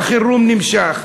החירום נמשך,